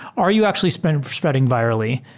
are you actually spreading spreading virally?